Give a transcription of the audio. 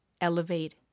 elevate